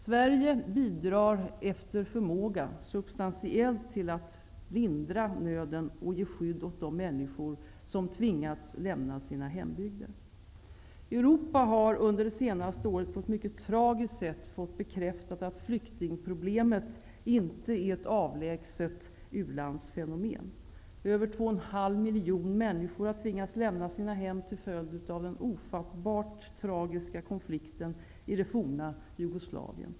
Sverige bidrar efter förmåga substantiellt till att lindra nöden och ge skydd åt de människor som tvingats lämna sina hembygder. Europa har under det senaste året på ett mycket tragiskt sätt fått bekräftat att flyktingproblemen inte är ett avlägset u-landsfenomen. Över 2,5 miljoner människor har tvingats lämna sina hem till följd av den ofattbart tragiska konflikten i det forna Jugoslavien.